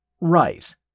rice